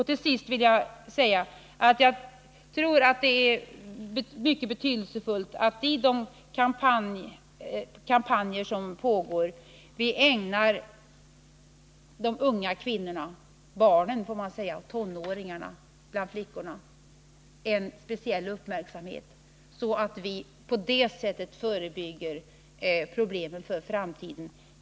Till sist vill jag säga att jag tror det är mycket betydelsefullt att vi i de kampanjer som pågår ägnar de unga kvinnorna, tonåringarna, speciell uppmärksamhet, så att vi på det sättet förebygger problemen för framtiden.